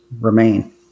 remain